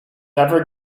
never